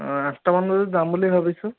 আঠটা মান বজাত যাম বুলি ভাবিছোঁ